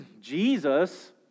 Jesus